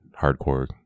hardcore